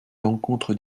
l’encontre